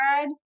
red